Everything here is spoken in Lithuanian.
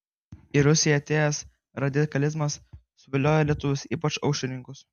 į rusiją atėjęs radikalizmas suviliojo ir lietuvius ypač aušrininkus